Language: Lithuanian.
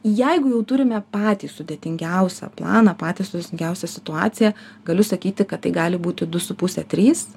jeigu jau turime patį sudėtingiausią planą patį sunkiausią situaciją galiu sakyti kad tai gali būti du su puse trys